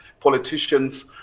Politicians